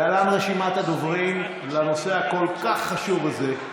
להלן רשימת הדוברים לנושא הכל-כך חשוב הזה,